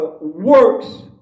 works